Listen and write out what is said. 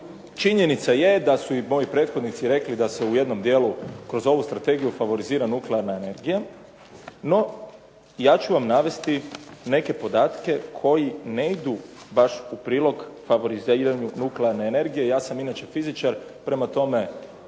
činjenica je da su i moji prethodnici rekli da se u jednom dijelu kroz ovu strategiju favorizira nuklearna energija. No ja ću vam navesti neke podatke koji ne idu u prilog favoriziranju nuklearne energije. Ja sam inače fizičar, prema tome